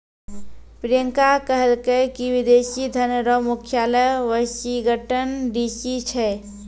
प्रियंका कहलकै की विदेशी धन रो मुख्यालय वाशिंगटन डी.सी छै